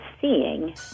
seeing